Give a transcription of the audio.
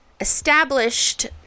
established